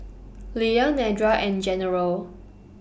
Leah Nedra and General